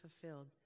fulfilled